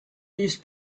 used